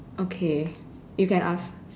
okay you can ask